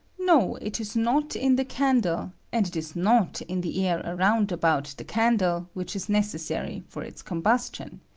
no, it is not in the candle and it is not in the air around about the candle which is neces sary for its combustion.